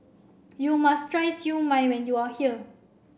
you must try Siew Mai when you are here